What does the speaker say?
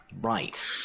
Right